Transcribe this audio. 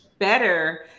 better